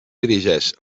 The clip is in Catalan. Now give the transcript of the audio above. dirigeix